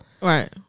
Right